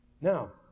Now